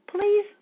Please